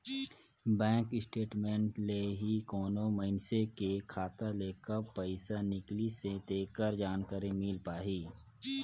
bank statement ले ही कोनो मइनसे के खाता ले कब पइसा निकलिसे तेखर जानकारी मिल पाही